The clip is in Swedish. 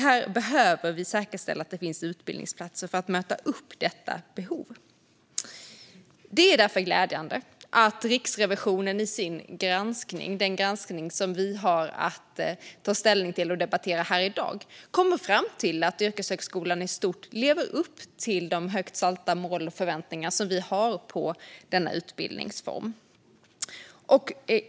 Här behöver vi säkerställa att det finns utbildningsplatser för att möta detta behov. Det är därför glädjande att Riksrevisionen i sin granskning, som vi har att ta ställning till och debattera här i dag, kommer fram till att yrkeshögskolan i stort lever upp till de högt satta mål och förväntningar som vi har på denna utbildningsform.